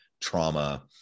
trauma